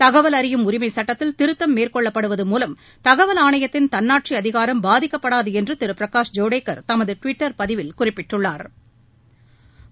தகவல் அறியபம் உரிமை சட்டத்தி ல திருத்தம் மே ற் கொள்ளப்படுவது மூலம் தகவல் அதிகாரம் பாதிக்கப்படாது என்று திரு பிரகாஷ் ஜவடேகர் தமது டுவிட்டர் பதிவி ல் குறிப்பிட்டுள்ளாா்